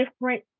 different